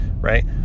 Right